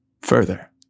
further